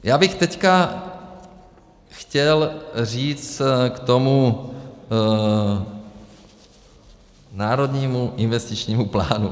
Já bych teď chtěl říct k tomu Národnímu investičnímu plánu.